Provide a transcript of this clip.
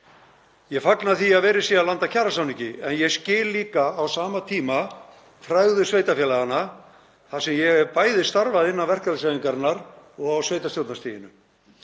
Ég fagna því að verið sé að landa kjarasamningi en ég skil líka á sama tíma tregðu sveitarfélaganna þar sem ég hef bæði starfað innan verkalýðshreyfingarinnar og á sveitarstjórnarstiginu.